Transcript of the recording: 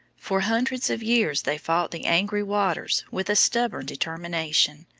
for hundreds of years they fought the angry waters with a stubborn determination,